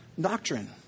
doctrine